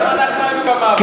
גם אנחנו היינו במעברות.